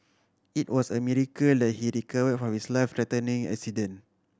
it was a miracle that he recover from his life threatening accident